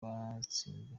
basizwe